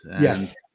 Yes